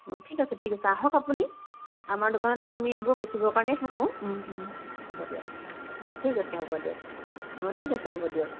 অঁ ঠিক আছে ঠিক আছে আহক আপুনি আমাৰ দোকানততো আমি এইবোৰ বেচিবৰ কাৰণেই থাকোঁ হ'ব দিয়ক অঁ ঠিক আছে হ'ব দিয়ক অঁ ঠিক আছে হ'ব দিয়ক